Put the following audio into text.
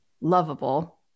lovable